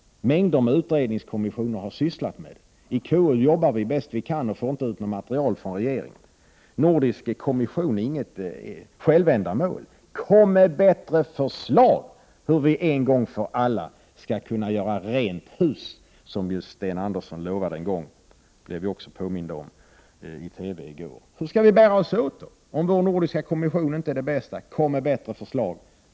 Mängder med utredningskommissioner har sysslat med detta. I KU jobbar vi bäst vi kan och får inte ut något material från regeringen. En nordisk kommission är inte något självändamål. Kom med bättre förslag hur vi en gång för alla skall kunna göra rent hus, som ju Sten Andersson lovade en gång — det blev vi också påminda om i TV i går. Hur skall vi bära oss åt, om vår föreslagna nordiska kommission inte är den bästa lösningen? Kom med bättre förslag!